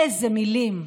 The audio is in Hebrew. איזה מילים.